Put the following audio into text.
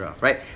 right